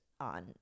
on